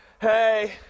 hey